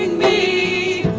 may